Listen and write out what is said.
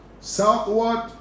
southward